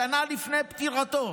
שנה לפני פטירתו.